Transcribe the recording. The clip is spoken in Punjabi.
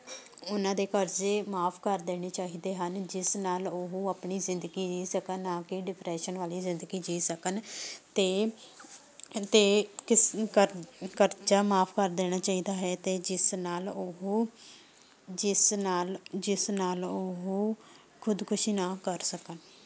ਉਨ੍ਹਾਂ ਦੇ ਕਰਜ਼ੇ ਮਾਫ ਕਰ ਦੇਣੇ ਚਾਹੀਦੇ ਹਨ ਜਿਸ ਨਾਲ ਉਹ ਆਪਣੀ ਜ਼ਿੰਦਗੀ ਜੀਅ ਸਕਣ ਨਾ ਕੇ ਡਿਪਰੈਸ਼ਨ ਵਾਲੀ ਜ਼ਿੰਦਗੀ ਜੀਅ ਸਕਣ ਅਤੇ ਅਤੇ ਕਿਸ ਕਰ ਕਰਜ਼ਾ ਮਾਫ ਕਰ ਦੇਣਾ ਚਾਹੀਦਾ ਹੈ ਅਤੇ ਜਿਸ ਨਾਲ ਉਹ ਜਿਸ ਨਾਲ ਜਿਸ ਨਾਲ ਉਹ ਖੁਦਕੁਸ਼ੀ ਨਾ ਕਰ ਸਕਣ